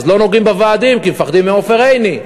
אז לא נוגעים בוועדים, כי מפחדים מעופר עיני.